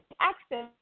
access